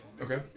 Okay